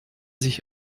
sich